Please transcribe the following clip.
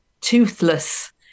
toothless